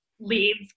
leads